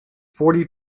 forty